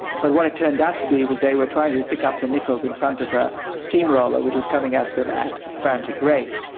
but what it turned out to be was they were trying to to pick up the nickels in front of a steamroller which was coming at them at a frantic rate.